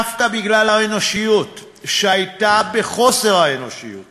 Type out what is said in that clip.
דווקא בגלל האנושיות שהייתה בחוסר האנושיות